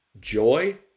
joy